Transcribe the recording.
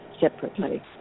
separately